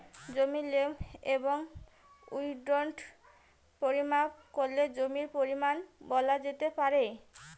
জমির লেন্থ এবং উইড্থ পরিমাপ করে জমির পরিমান বলা যেতে পারে